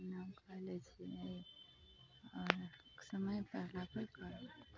ने कैले छियै आओर समय पड़लापर करबै